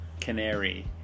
Canary